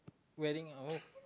wedding all